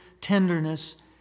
tenderness